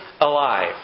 alive